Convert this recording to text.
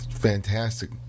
fantastic